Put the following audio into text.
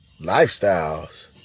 Lifestyles